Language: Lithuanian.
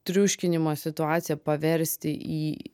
triuškinimo situaciją paversti į